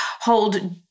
hold